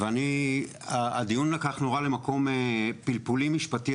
הדיון הזה לקח למקום פלפולי-משפטי,